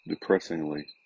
depressingly